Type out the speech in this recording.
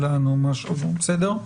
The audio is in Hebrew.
בסדר.